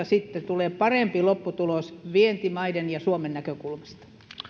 sitten tulee parempi lopputulos vientimaiden ja suomen näkökulmasta